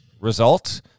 result